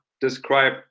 describe